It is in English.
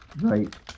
right